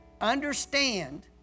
understand